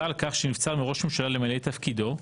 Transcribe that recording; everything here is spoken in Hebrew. על כך שנבצר מראש ממשלה למלא את תפקידו,